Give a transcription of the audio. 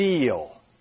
deal